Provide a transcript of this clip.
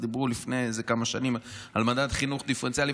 דיברו לפני כמה שנים על מדד חינוך דיפרנציאלי.